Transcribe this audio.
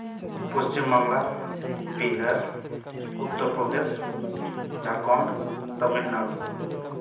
Paschimbangla Bihar Uttar Pradesh Jharkhand Tamil Nadu